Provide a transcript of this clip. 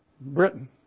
Britain